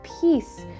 peace